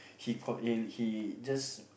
he clock in he just